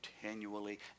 continually